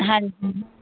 ਹਾਂਜੀ